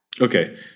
Okay